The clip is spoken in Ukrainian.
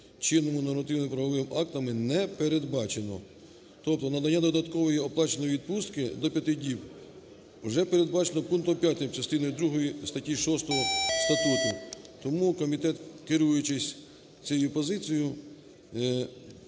чинними нормативно-правовими актами не передбачено. Тобто надання додаткової оплаченої відпустки до 5 днів вже передбачено пунктом 5 частиною другої статті 6 статуту. Тому комітет, керуючись цією позицією,